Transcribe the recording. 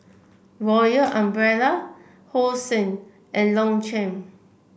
Royal Umbrella Hosen and Longchamp